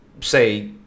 say